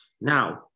Now